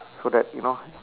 so that you know